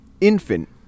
infant